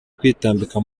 kwitambika